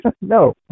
No